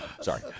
Sorry